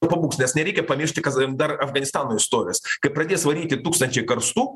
pabūgs nes nereikia pamiršti kas dar afganistano istorijos kai pradės varyti tūkstančiai karstų